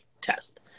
test